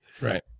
Right